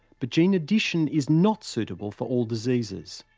but gene addition is not suitable for all diseases.